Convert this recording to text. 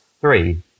three